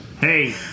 Hey